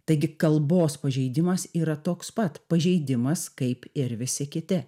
taigi kalbos pažeidimas yra toks pat pažeidimas kaip ir visi kiti